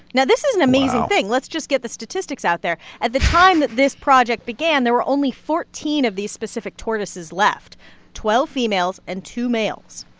now this is an amazing thing. let's just get the statistics out there. at the time that this project began, there were only fourteen of these specific tortoises left twelve females and two males,